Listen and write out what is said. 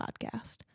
podcast